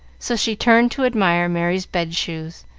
so she turned to admire merry's bed-shoes,